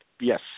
Yes